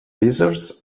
lizards